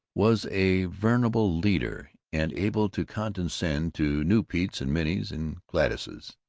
was a venerable leader and able to condescend to new petes and minnies and gladyses.